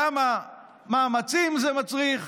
כמה מאמצים זה מצריך,